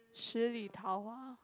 十里桃花